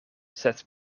sed